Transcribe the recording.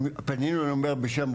פנינו אני אומר בשם,